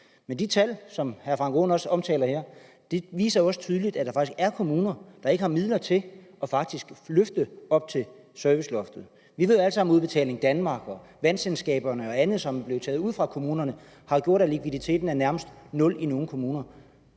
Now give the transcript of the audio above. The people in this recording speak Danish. men de tal, som hr. Frank Aaen også omtaler her, viser jo tydeligt, at der faktisk er kommuner, der ikke har midler til at løfte op til serviceloftet. Vi ved alle sammen, at det, at Udbetaling Danmark, vandselskaberne og andet, som blev taget ud fra kommunerne, jo har gjort, at likviditeten er nærmest nul i nogle kommuner.